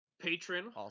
patron